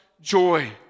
joy